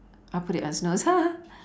I'll put it on snooze